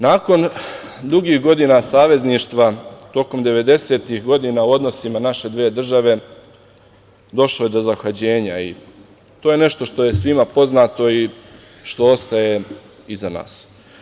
Nakon dugih godina savezništva tokom 90-ih godina u odnosima naše dve države došlo je do zahlađenja i to je nešto što je svima poznato i što ostaje iza nas.